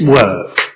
work